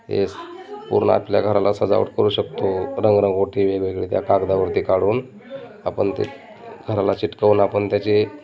हेच पूर्ण आपल्या घराला सजावट करू शकतो रंगरंगोटी वेगवेगळी त्या कागदावरती काढून आपण ते घराला चिकटवून आपण त्याची